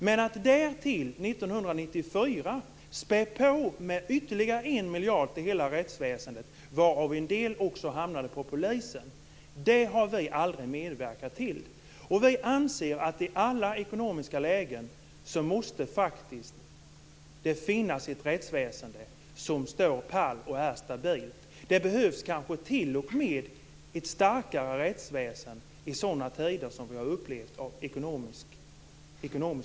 Men därtill späddes det 1994 på med ytterligare 1 miljard inom hela rättsväsendet, varav en del också hamnade inom polisen. Det har vi aldrig medverkat till. Vi anser att i alla ekonomiska lägen måste det faktiskt finnas ett rättsväsende som står pall och är stabilt. Det behövs kanske t.o.m. ett starkare rättsväsende i sådana tider av ekonomiska problem som vi har upplevt.